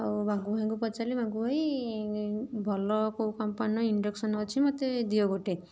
ଆଉ ବାଙ୍କୁ ଭାଇଙ୍କୁ ପଚାରିଲି ବାଙ୍କୁ ଭାଇ ଭଲ କେଉଁ କମ୍ପାନୀର ଇଣ୍ଡକ୍ସନ ଅଛି ମତେ ଦିଅ ଗୋଟେ